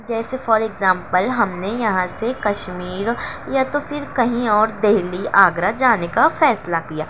جیسے for example ہم نے یہاں سے کشمیر یا تو پھر کہیں اور دہلی آگرہ جانے کا فیصلہ کیا